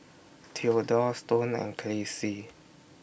Theodore Stone and Kelcie